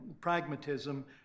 pragmatism